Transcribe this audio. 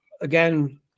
again